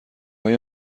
های